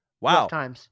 Wow